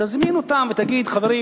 תזמין אותם ותגיד: חברים,